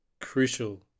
crucial